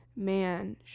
Man